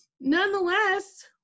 nonetheless